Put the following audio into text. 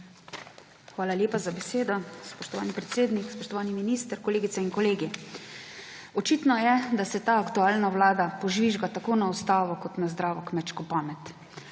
Hvala lepa za besedo. Spoštovani predsednik, spoštovani minister, kolegice in kolegi! Očitno je, da se ta aktualna vlada požvižga tako na ustavo kot na zdravo kmečko pamet.